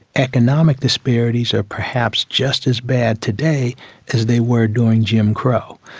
economic disparities are perhaps just as bad today as they were during jim crow.